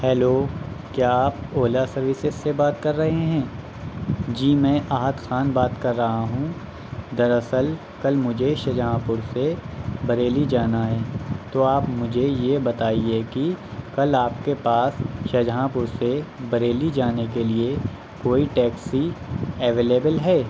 hello کیا آپ Ola services سے بات کر رہے ہیں جی میں احد خان بات کر رہا ہوں در اصل کل مجھے شاہ جہاں پور سے بریلی جانا ہے تو آپ مجھے یہ بتائیے کہ کل آپ کے پاس شاہ جہاں پور سے بریلی جانے کے لیے کوئی ٹیکسی اویلیبل ہے